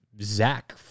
Zach